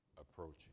approaching